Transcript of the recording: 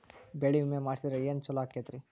ಬೆಳಿ ವಿಮೆ ಮಾಡಿಸಿದ್ರ ಏನ್ ಛಲೋ ಆಕತ್ರಿ?